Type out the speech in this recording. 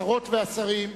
השרות והשרים,